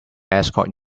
escort